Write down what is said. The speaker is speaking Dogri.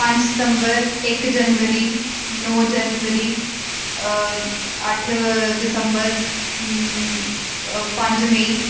पंज सितंबर इक जनबरी नौ जनबरी अट्ठ दिसंबर पंज मेई